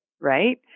Right